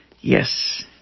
Yes